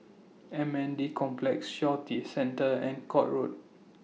M N D Complex Shaw Centre and Court Road